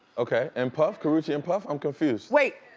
okay, and puff, karrueche and puff? i'm confused. wait.